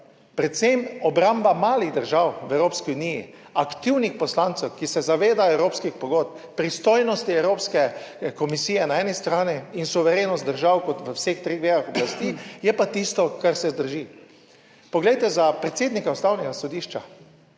predvsem obramba malih držav v Evropski uniji, aktivnih poslancev, ki se zavedajo evropskih pogodb, pristojnosti Evropske komisije na eni strani in suverenost držav kot v vseh treh vejah oblasti, je pa tisto, kar se drži. Poglejte, za predsednika Ustavnega sodišča.